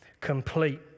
complete